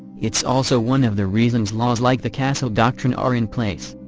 it's also one of the reasons laws like the castle doctrine are in place.